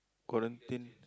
quarantine